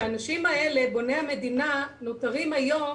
שהאנשים האלה, בוני המדינה, נותרים היום